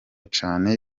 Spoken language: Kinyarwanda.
canke